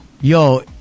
Yo